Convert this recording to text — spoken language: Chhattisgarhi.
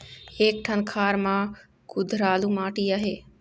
एक ठन खार म कुधरालू माटी आहे?